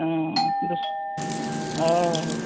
आं धर हय